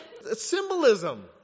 Symbolism